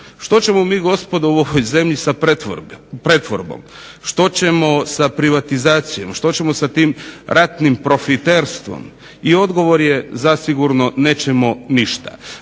Što ćemo mi gospodo u ovoj zemlji sa pretvorbom? Što ćemo sa privatizacijom? Što ćemo sa tim ratnim profiterstvom? I odgovor je zasigurno nećemo ništa.